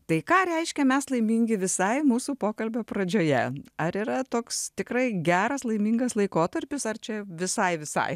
tai ką reiškia mes laimingi visai mūsų pokalbio pradžioje ar yra toks tikrai geras laimingas laikotarpis ar čia visai visai